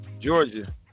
Georgia